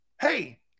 hey